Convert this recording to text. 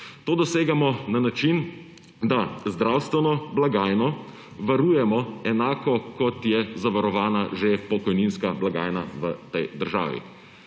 To dosegamo na način, da zdravstveno blagajno varujemo enako, kot je zavarovana že pokojninska blagajna v tej državi.